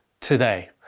today